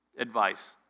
Advice